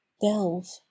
Delve